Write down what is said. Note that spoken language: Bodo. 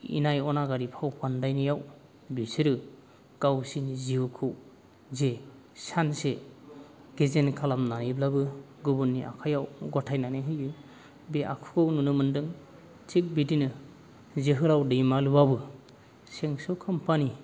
इनाय अनागारि फाव फान्दायनायाव बिसोरो गावसोरनि जिउखौ जे सानसे गेजेन खालामनानैब्लाबो गुबुननि आखाइआव गथायनानै होयो बे आखुखौ नुनो मोन्दों थिक बिदिनो जोहोलाव दैमालुआबो शेंसु कम्पानि